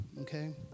okay